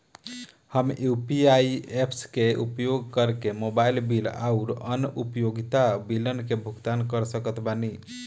हम UPI apps के उपयोग करके मोबाइल बिल आउर अन्य उपयोगिता बिलन के भुगतान कर सकत बानी